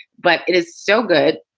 but it is so good.